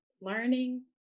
Learning